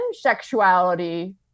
sexuality